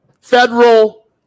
federal